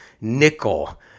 nickel